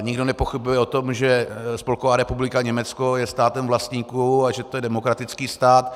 Nikdo nepochybuje o tom, že Spolková republika Německo je státem vlastníků a že to je demokratický stát.